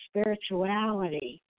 spirituality